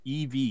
EV